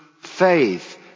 faith